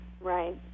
Right